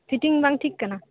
fitting ᱵᱟᱝ ᱴᱷᱤᱠ ᱟᱠᱟᱱᱟ